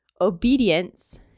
obedience